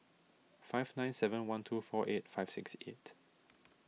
five nine seven one two four eight five six eight